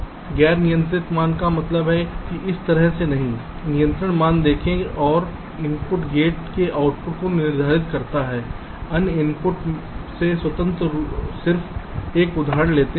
गैर नियंत्रित मान का मतलब है इस तरह से नहीं नियंत्रण मान देखें और इनपुट गेट के आउटपुट को निर्धारित करता है अन्य इनपुट से स्वतंत्र सिर्फ एक उदाहरण लेते हैं